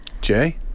Jay